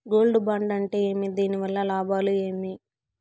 Gold bond అంటే ఏమి? దీని వల్ల లాభాలు ఏమి?